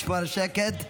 ייאמר לזכותך,